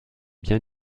bien